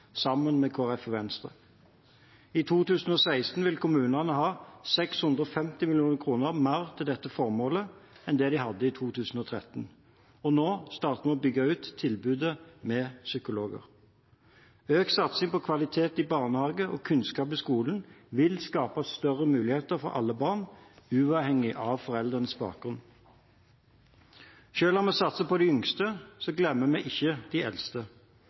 sammen med Kristelig Folkeparti og Venstre. I 2016 vil kommunene ha 650 mill. kr mer til dette formålet enn de hadde i 2013. Nå starter vi å bygge ut tilbudet med psykologer. Økt satsing på kvalitet i barnehagen og kunnskap i skolen vil skape større muligheter for alle barn, uavhengig av foreldrenes bakgrunn. Selv om vi satser på de yngste, glemmer vi ikke de eldste.